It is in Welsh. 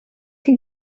chi